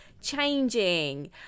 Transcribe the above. changing